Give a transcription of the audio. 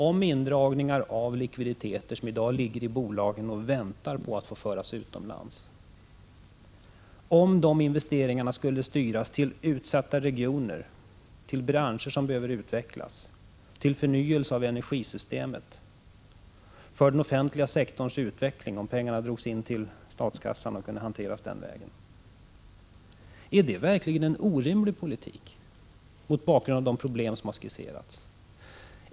Är det verkligen en orimlig politik om de likvida medel som i dag ligger i bolagen och väntar på att föras utomlands skulle styras till utsatta regioner, till branscher som behöver utvecklas, till förnyelse av energisystemet, till den offentliga sektorns utveckling — om pengarna drogs in till statskassan och kunde hanteras den vägen? Är denna politik orimlig mot bakgrund av de problem som här skisserats?